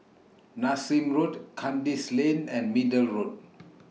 Nassim Road Kandis Lane and Middle Road